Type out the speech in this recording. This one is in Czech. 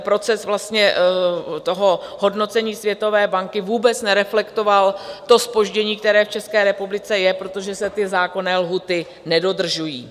Proces hodnocení Světové banky vůbec nereflektoval zpoždění, které v České republice je, protože se ty zákonné lhůty nedodržují.